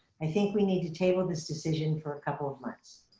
i think we need to table this decision for a couple of months.